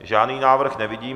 Žádný návrh nevidím.